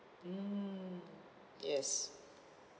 mm yes